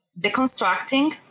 deconstructing